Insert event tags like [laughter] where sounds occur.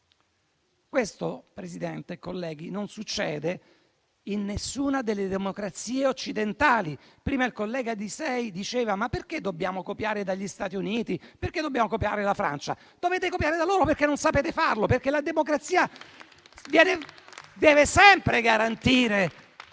Questo, Presidente e colleghi, non succede in nessuna delle democrazie occidentali. Prima il collega Lisei si chiedeva perché dobbiamo copiare gli Stati Uniti o la Francia. Dovete copiare da loro perché non sapete farlo. [applause] La democrazia deve sempre garantire